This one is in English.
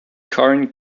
current